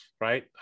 right